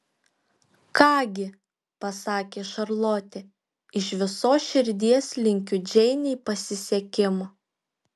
ką gi pasakė šarlotė iš visos širdies linkiu džeinei pasisekimo